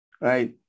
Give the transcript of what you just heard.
right